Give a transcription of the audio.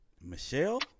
Michelle